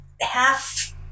half